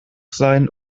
sein